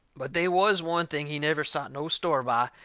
but they was one thing he never sot no store by,